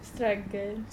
struggle